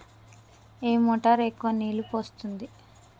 ఏ motor ఎక్కువ నీళ్లు పోస్తుంది?